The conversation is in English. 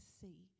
see